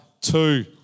two